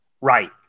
Right